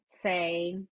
say